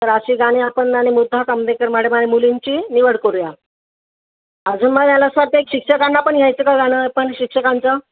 तर अशी गाणी आपण आणि मुग्धा सामदेकर मॅडम आहे मुलींची निवड करूया अजून मग याला असं वाटतं एक शिक्षकांना पण घ्यायचं का गाणं पण शिक्षकांचं